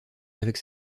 avec